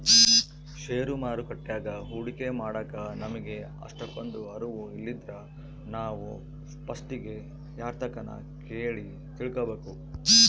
ಷೇರು ಮಾರುಕಟ್ಯಾಗ ಹೂಡಿಕೆ ಮಾಡಾಕ ನಮಿಗೆ ಅಷ್ಟಕೊಂದು ಅರುವು ಇಲ್ಲಿದ್ರ ನಾವು ಪಸ್ಟಿಗೆ ಯಾರ್ತಕನ ಕೇಳಿ ತಿಳ್ಕಬಕು